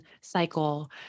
cycle